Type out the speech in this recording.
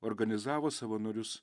organizavo savanorius